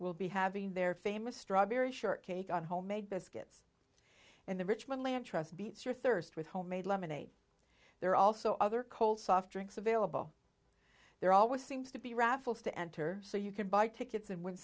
will be having their famous strawberry short cake on homemade biscuits in the richmond land trust beats your thirst with homemade lemonade there are also other cold soft drinks available there always seems to be raffles to enter so you can buy tickets and when